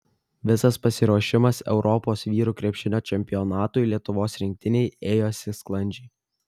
visas pasiruošimas europos vyrų krepšinio čempionatui lietuvos rinktinei ėjosi sklandžiai